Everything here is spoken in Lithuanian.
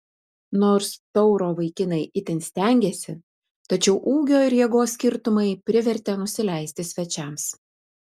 nors tauro vaikinai itin stengėsi tačiau ūgio ir jėgos skirtumai privertė nusileisti svečiams